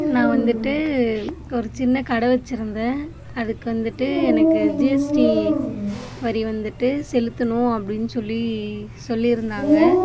நான் வந்துட்டு ஒரு சின்ன கடை வைச்சிருந்தேன் அதுக்கு வந்துட்டு எனக்கு ஜிஎஸ்டி வரி வந்துட்டு செலுத்தணும் அப்படின்னு சொல்லி சொல்லியிருந்தாங்க